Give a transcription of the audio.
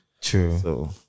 True